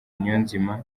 niyonzima